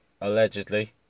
Allegedly